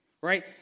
right